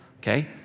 okay